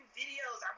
videos